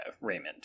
Raymond